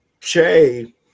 Che